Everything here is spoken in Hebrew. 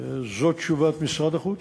זאת תשובת משרד החוץ: